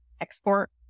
export